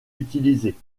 utilisé